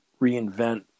reinvent